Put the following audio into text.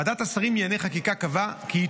ועדת השרים לענייני חקיקה קבעה כי היא